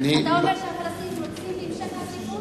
אתה אומר שהפלסטינים רוצים את המשך הכיבוש?